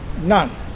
None